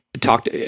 talked